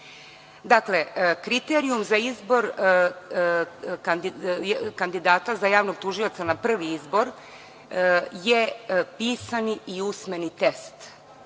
kandidata. Kriterijum za izbor kandidata za javnog tužioca na prvi izbor je pisani i usmeni test